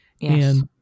Yes